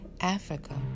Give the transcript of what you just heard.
Africa